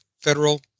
Federal